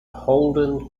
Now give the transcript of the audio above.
holden